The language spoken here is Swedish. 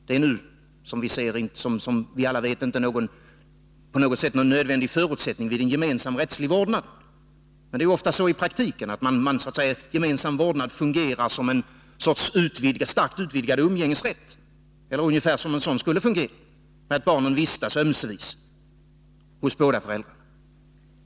Det är nu, som alla vet, inte på något sätt en nödvändig förutsättning vid en rättsligt införd gemensam vårdnad, men i praktiken är det ofta så att gemensam vårdnad fungerar som en starkt utvidgad umgängesrätt eller ungefär som en sådan skulle fungera, när barnen vistas ömsevis hos de båda föräldrarna.